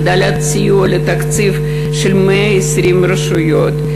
הגדלת הסיוע לתקציב של 120 רשויות,